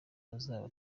azaba